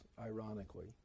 ironically